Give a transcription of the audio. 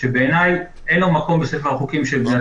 שבעיניי אין לו מקום בספר החוקים של מדינת ישראל,